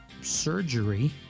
surgery